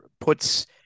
puts